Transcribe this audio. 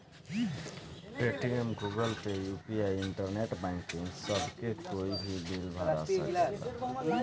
Paytm, Google Pay, UPI, internet banking सभ से कोई भी बिल भरा सकेला